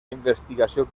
investigació